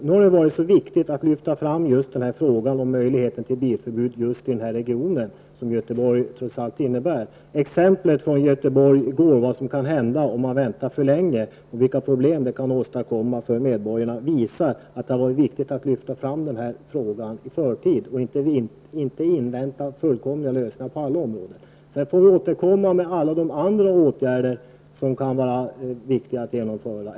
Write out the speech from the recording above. Det har varit viktigt att lyfta fram frågan om en möjlighet till bilförbud i den speciella region som Göteborg trots allt utgör. Exemplet i går från Göteborg på vad som kan hända om man väntar för länge och de problem detta kan åstadkomma för medborgarna, visar att det är viktigt att lyfta fram frågan i förtid och inte invänta fullkomliga lösningar på alla områden. Vi får sedan återkomma med alla de andra åtgärder som kan vara viktiga att genomföra.